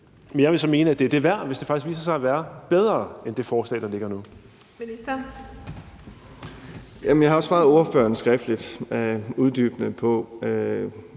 Men jeg vil så mene, at det er det værd, hvis det faktisk viser sig at være bedre end det forslag, der ligger nu.